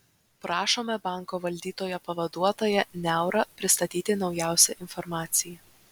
prašome banko valdytojo pavaduotoją niaurą pristatyti naujausią informaciją